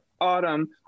autumn